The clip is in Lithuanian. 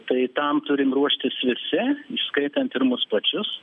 tai tam turim ruoštis visi įskaitant ir mus pačius